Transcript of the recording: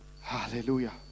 Hallelujah